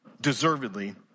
deservedly